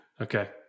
Okay